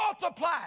multiply